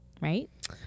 right